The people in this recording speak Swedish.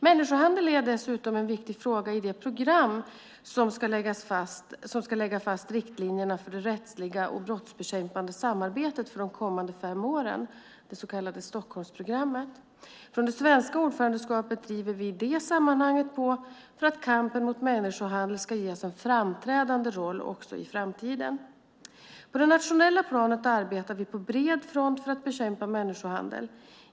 Människohandel är dessutom en viktig fråga i det program som ska lägga fast riktlinjerna för det rättsliga och brottsbekämpande samarbetet för de kommande fem åren, det så kallade Stockholmsprogrammet. Från det svenska ordförandeskapet driver vi i det sammanhanget på för att kampen mot människohandel ska ges en framträdande roll också i framtiden. På det nationella planet arbetar vi på bred front för att bekämpa människohandel.